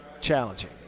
challenging